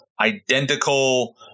identical